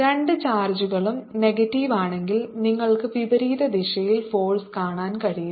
രണ്ട് ചാർജുകളും നെഗറ്റീവ് ആണെങ്കിൽ നിങ്ങൾക്ക് വിപരീത ദിശയിൽ ഫോഴ്സ് കാണാൻ കഴിയും